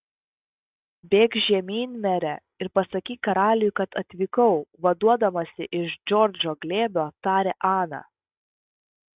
bėk žemyn mere ir pasakyk karaliui kad atvykau vaduodamasi iš džordžo glėbio tarė ana